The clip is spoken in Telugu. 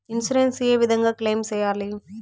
ఇన్సూరెన్సు ఏ విధంగా క్లెయిమ్ సేయాలి?